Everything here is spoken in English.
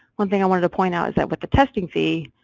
one thing i wanted to point out is that with the testing fee,